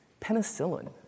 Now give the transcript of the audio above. Penicillin